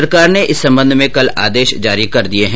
सरकार ने इस संबंध में कल आदेश जारी कर दिए हैं